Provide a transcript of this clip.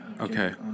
Okay